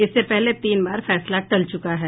इससे पहले तीन बार फैसला टल चुका है